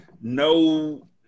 no